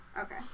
Okay